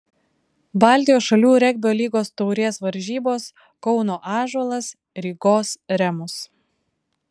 baltijos šalių regbio lygos taurės varžybos kauno ąžuolas rygos remus